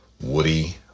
Woody